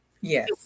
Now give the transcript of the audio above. Yes